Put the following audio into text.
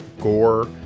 gore